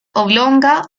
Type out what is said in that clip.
oblonga